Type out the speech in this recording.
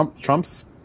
Trump's